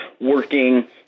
working